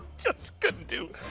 just couldn't do.